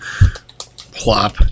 Plop